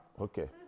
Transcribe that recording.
okay